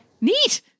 Neat